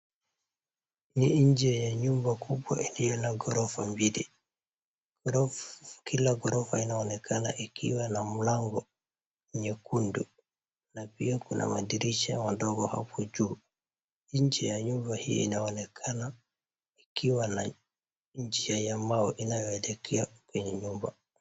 Ni nje ya nyumba kubwa iliyo na ghorofa mbili. Kila ghorofa inaonekana ikiwa na mlango nyekundu na pia kuna madirisha madogo hapo juu. Nje ya nyumba hii inaonekana ikiwa na njia ambayo inaelekea kwenye nyumba.